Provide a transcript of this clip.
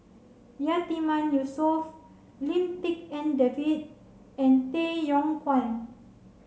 Yatiman Yusof Lim Tik En David and Tay Yong Kwang